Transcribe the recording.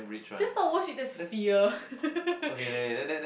that's not worship that's fear